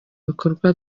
ibikorwa